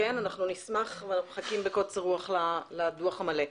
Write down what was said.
אנחנו מחכים בקוצר רוח לדוח המלא,